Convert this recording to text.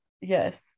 yes